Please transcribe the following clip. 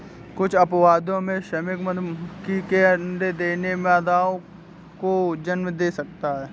कुछ अपवादों में, श्रमिक मधुमक्खी के अंडे देना मादाओं को जन्म दे सकता है